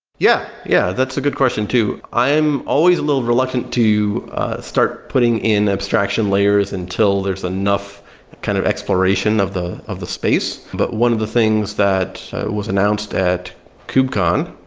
yeah. yeah. that's a good question too. i am always a little reluctant to start putting in abstraction layers until there's enough kind of exploration of the of the space. but one of the things that was announced at kubecon,